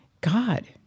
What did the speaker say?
God